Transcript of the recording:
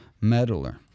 meddler